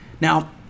Now